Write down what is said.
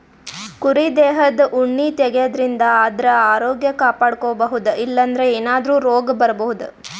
ಕುರಿ ದೇಹದ್ ಉಣ್ಣಿ ತೆಗ್ಯದ್ರಿನ್ದ ಆದ್ರ ಆರೋಗ್ಯ ಕಾಪಾಡ್ಕೊಬಹುದ್ ಇಲ್ಲಂದ್ರ ಏನಾದ್ರೂ ರೋಗ್ ಬರಬಹುದ್